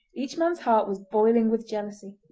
each man's heart was boiling with jealousy.